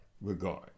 regard